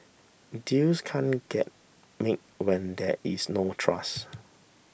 deals can't get made when there is no trust